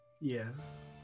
Yes